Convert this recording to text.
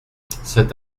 cet